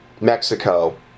Mexico